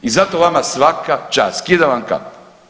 I zato vama svaka čast, skidam vam kapu.